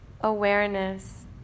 Awareness